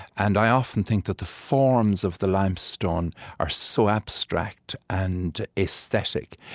and i often think that the forms of the limestone are so abstract and aesthetic,